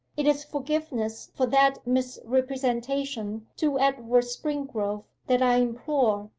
it is forgiveness for that misrepresentation to edward springrove that i implore,